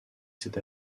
cette